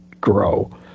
grow